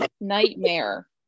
nightmare